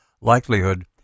likelihood